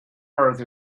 earth